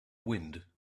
wind